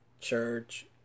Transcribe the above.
church